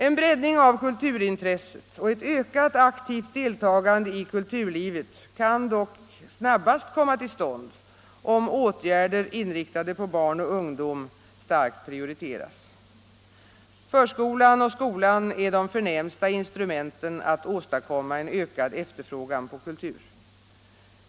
En breddning av kulturintresset och ett ökat aktivt deltagande i kulturlivet kan dock snabbast komma till stånd om åtgärder inriktade på barn och ungdom starkt prioriteras. Förskolan och skolan är de förnämsta instrumenten för att åstadkomma en ökad efterfrågan på kultur.